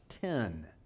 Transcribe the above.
Ten